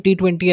T20